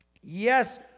Yes